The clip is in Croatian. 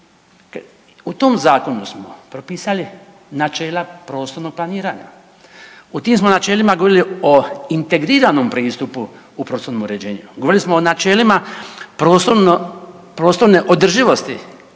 U tom zakonu smo propisali načela prostornog planiranja. U tim smo načelima govorili o integriranom pristupu u prostornom uređenju. Govorili smo o načelima prostorne održivosti